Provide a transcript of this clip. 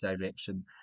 direction